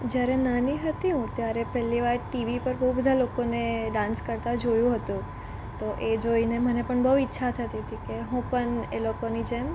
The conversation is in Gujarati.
જ્યારે નાની હતી હું ત્યારે પહેલી વાર ટીવી પર બહુ બધા લોકોને ડાન્સ કરતાં જોયું હતું તો એ જોઈને મને પણ બહુ ઈચ્છા થતી હતી કે હું પણ એ લોકોની જેમ